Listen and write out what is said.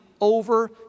over